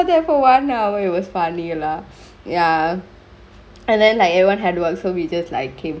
therefore one hour it was funny lah ya and then like everyone had work so we just like came